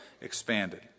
expanded